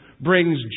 brings